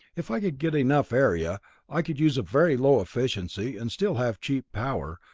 if i could get enough area i could use a very low efficiency and still have cheap power,